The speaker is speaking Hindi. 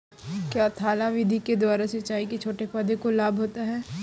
क्या थाला विधि के द्वारा सिंचाई से छोटे पौधों को लाभ होता है?